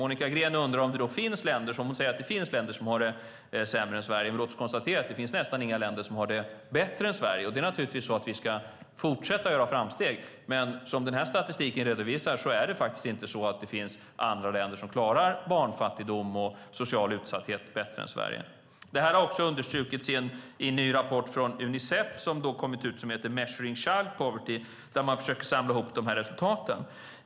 Monica Green undrar om det finns länder som har det sämre än Sverige. Låt oss konstatera att det finns nästan inga länder som har det bättre än Sverige. Vi ska naturligtvis fortsätta att göra framsteg. Men som den här statistiken redovisar finns det inte andra länder som klarar barnfattigdom och social utsatthet bättre än Sverige. Det här har också understrukits i en ny rapport från Unicef, Measuring child poverty , där man försöker samla ihop dessa resultat.